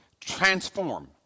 transform